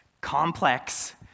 complex